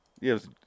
Yes